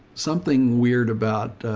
something weird about,